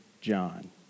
John